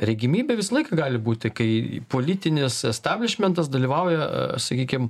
regimybė visą laiką gali būti kai politinis establišmentas dalyvauja sakykime